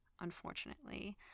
Unfortunately